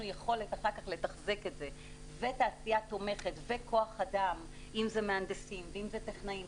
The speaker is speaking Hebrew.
יכולת לתחזק את זה ותעשייה תומכת וכוח אדם של מהנדסים וטכנאים.